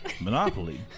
Monopoly